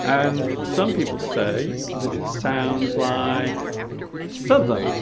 and some people say that it sounds like southern